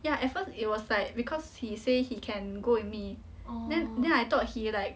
ya at first it was like because he say he can go with me then then I thought he like